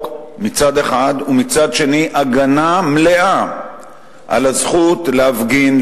מצד אחד ומצד שני הגנה מלאה על הזכות להפגין,